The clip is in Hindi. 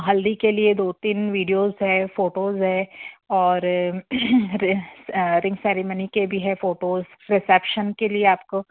हल्दी के लिए दो तीन विडियोज़ हैं फ़ोटोज़ हैं और रे रिंग सेरेमनी के भी हैं फ़ोटोस रिसेप्शन के लिए आपको